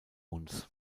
uns